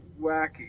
wacky